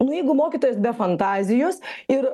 nu jeigu mokytojas be fantazijos ir